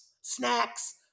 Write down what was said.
Snacks